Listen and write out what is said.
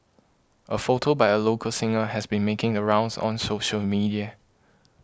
a photo by a local singer has been making a rounds on social media